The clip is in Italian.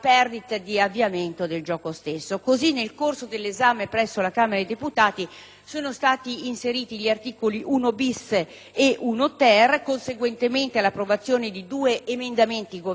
sono stati inseriti gli articoli 1-*bis* e 1-*ter*, conseguentemente all'approvazione di due emendamenti governativi, a loro volta modificati attraverso l'approvazione di subemendamenti.